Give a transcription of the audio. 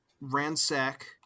ransack